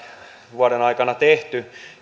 vuoden aikana tehty